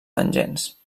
tangents